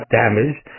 damaged